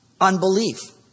unbelief